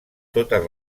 totes